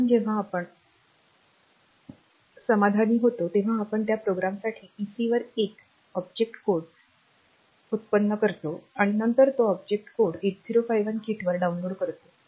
म्हणून जेव्हा आपण समाधानी होतो तेव्हा आपण त्या प्रोग्रामसाठी पीसी वर एक ऑब्जेक्ट कोड व्युत्पन्न करतो आणि नंतर तो ऑब्जेक्ट कोड 8051 किटवर डाउनलोड केला जातो